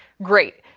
great.